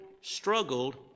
struggled